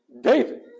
David